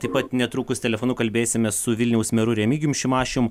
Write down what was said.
taip pat netrukus telefonu kalbėsimės su vilniaus meru remigijum šimašium